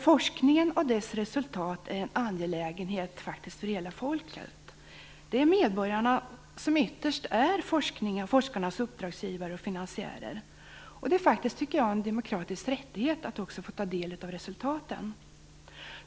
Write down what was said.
Forskningen och dess resultat är ju faktiskt en angelägenhet för hela folket. Det är medborgarna som ytterst är forskarnas uppdragsgivare och finansiärer. Det är faktiskt en demokratisk rättighet, tycker jag, att också få ta del av resultaten.